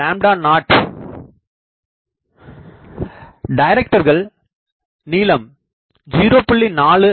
49 0 டைரக்டர்கள் நீளம் 0